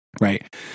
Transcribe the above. right